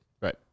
Right